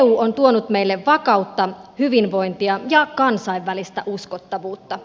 eu on tuonut meille vakautta hyvinvointia ja kansainvälistä uskottavuutta